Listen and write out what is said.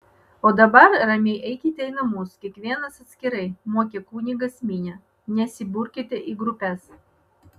o dabar ramiai eikite į namus kiekvienas atskirai mokė kunigas minią nesiburkite į grupes